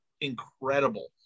incredible